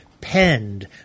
penned